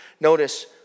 notice